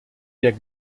der